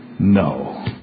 No